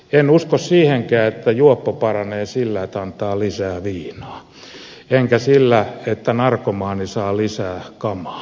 en usko siihenkään että juoppo paranee sillä että antaa lisää viinaa eikä narkomaani sillä että saa lisää kamaa